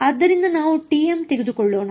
ಆದ್ದರಿಂದ ನಾವು tm ತೆಗೆದುಕೊಳ್ಳೋಣ